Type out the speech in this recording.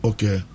Okay